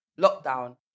lockdown